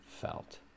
felt